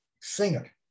singer